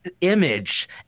image